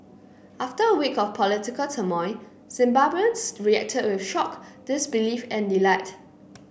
after a week of political turmoil Zimbabweans reacted with shock disbelief and delight